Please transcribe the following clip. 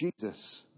Jesus